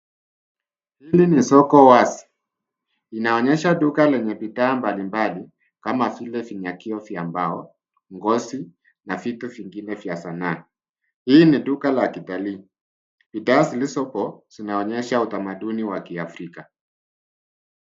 Hili ni soko wazi. Inaonyesha duka lenye bidhaa mbalimbali kama vile vinyagio vya mbao, ngozi na vitu vingine vya sanaa. Hii ni duka la kitalii. Bidhaa zilizoko zinaonyesha utamduni wa Kiafrika.